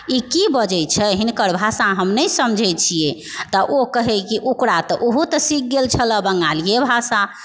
ई की बजय छै हिनकर भाषा हम नहि समझय छियै तऽ ओ कहय कि ओकरा तऽ ओहो तऽ सीख गेल छलह बंगालीए भाषा